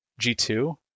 G2